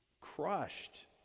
crushed